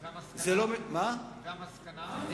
והמסקנה?